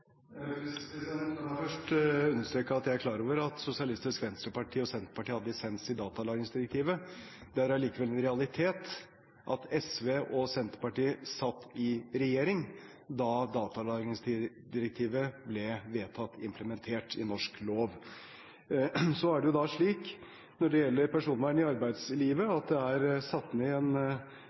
vil statsråden forholde seg til dette? La meg først understreke at jeg er klar over at SV og Senterpartiet tok dissens i datalagringsdirektivet. Det er allikevel en realitet at SV og Senterpartiet satt i regjering da datalagringsdirektivet ble vedtatt implementert i norsk lov. Så er det slik når det gjelder personvern i arbeidslivet, at det er